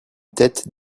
tête